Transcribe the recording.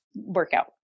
workout